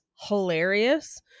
hilarious